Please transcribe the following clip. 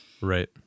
Right